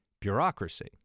bureaucracy